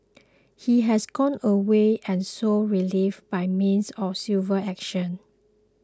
he has gone away and sought relief by means of civil action